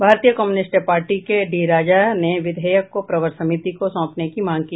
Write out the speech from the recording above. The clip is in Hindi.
भारतीय कम्युनिस्ट पार्टी के डी राजा ने विधेयक को प्रवर समिति को सौंपने की मांग की